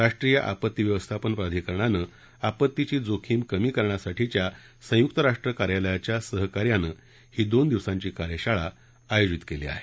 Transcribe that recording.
राष्ट्रीय आपत्ती व्यवस्थापन प्रधिकरणानं आपत्तीची जोखीम कमी करण्यासाठीच्या संयुक्त राष्ट्र कार्यालयाच्या सहकार्यानं ही दोन दिवसांची कार्यशाळा आयोजित केली आहे